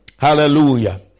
hallelujah